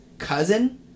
Cousin